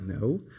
no